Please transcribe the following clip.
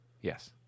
Yes